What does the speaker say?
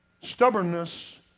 stubbornness